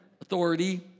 authority